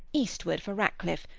eastward for ratcliff,